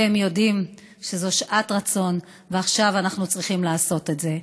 והם יודעים שזאת שעת רצון ועכשיו אנחנו צריכים לעשות את זה.